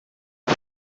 per